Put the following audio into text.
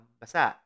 basa